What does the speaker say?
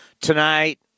tonight